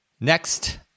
Next